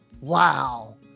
wow